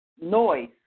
noise